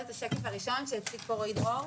את השקף הראשון שהציג פה רועי דרור,